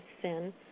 sin